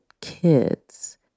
kids